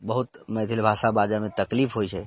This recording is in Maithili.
बहुत मैथिल भाषा बाजैमे तकलीफ होइत छै